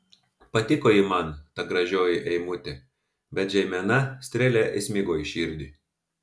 patiko ji man ta gražioji eimutė bet žeimena strėle įsmigo į širdį